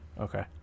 okay